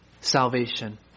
salvation